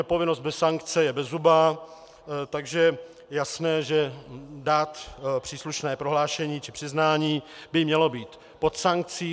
Povinnost bez sankce je samozřejmě bezzubá, takže je jasné, že dát příslušné prohlášení či přiznání by mělo být pod sankcí.